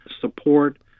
support